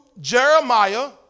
Jeremiah